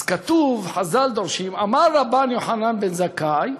אז כתוב, חז"ל דורשים, אמר רבן יוחנן בן זכאי: